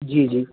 जी जी